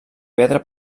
pedra